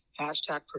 hashtag